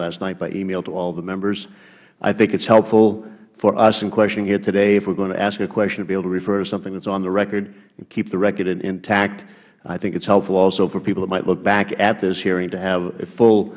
last night by email to all the members i think it is helpful for us in questioning here today if we are going to ask a question to be able to refer to something that is on the record and keep the record intact i think it is helpful also for people that might look back at this hearing to have a